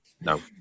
No